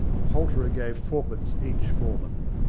a poul terer gave fourpence each for them.